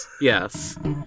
yes